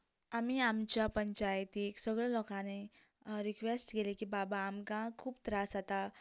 आमी आमच्या पंचायतीक सगळ्या लोकांनी रिक्वेस्ट केली की बाबा आमकां खूब त्रास जातात